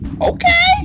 Okay